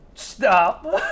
Stop